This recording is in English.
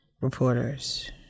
reporters